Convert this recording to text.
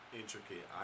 intricate